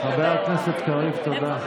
חבר הכנסת קריב, תודה.